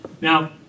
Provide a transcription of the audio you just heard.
Now